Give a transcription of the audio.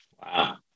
Wow